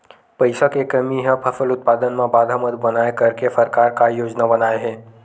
पईसा के कमी हा फसल उत्पादन मा बाधा मत बनाए करके सरकार का योजना बनाए हे?